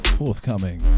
forthcoming